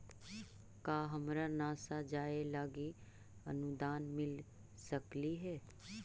का हमरा नासा जाये लागी अनुदान मिल सकलई हे?